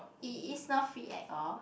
it is not free at all